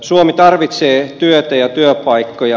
suomi tarvitsee työtä ja työpaikkoja